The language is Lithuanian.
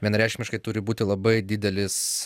vienareikšmiškai turi būti labai didelis